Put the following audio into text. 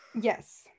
Yes